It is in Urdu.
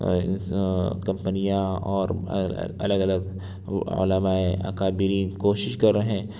کمپنیاں اور الگ الگ علمائے اکابرین کوشش کر رہے ہیں